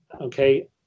okay